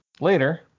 Later